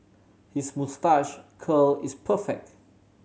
his moustache curl is perfect